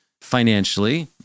financially